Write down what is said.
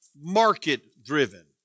market-driven